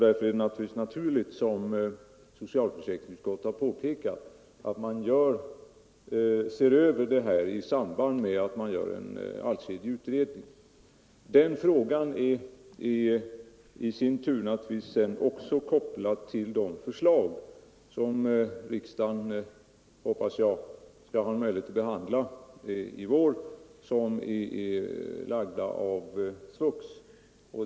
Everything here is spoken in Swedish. Därför är det, som socialförsäkringsutskottet har framhållit, naturligt att man ser över denna fråga i samband med att man gör en allsidig utredning. Den frågan är naturligtvis i sin tur också kopplad till de förslag som är lagda av SVUX och som riksdagen — hoppas jag — skall ha möjlighet att behandla i vår.